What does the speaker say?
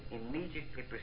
immediately